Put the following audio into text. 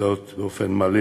להזדהות באופן מלא